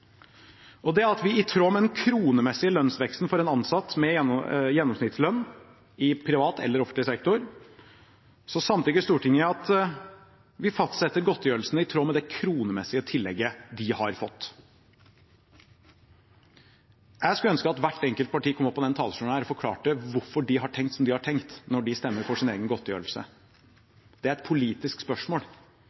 nr. 3. Det er at i tråd med den kronemessige lønnsveksten for en ansatt med gjennomsnittslønn i privat eller offentlig sektor samtykker Stortinget i at vi fastsetter godtgjørelsene i tråd med det kronemessige tillegget de har fått. Jeg skulle ønske at hvert enkelt parti kom opp på denne talerstolen og forklarte hvorfor de har tenkt som de har tenkt, når de stemmer for sin egen godtgjørelse. Det er et politisk spørsmål.